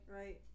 Right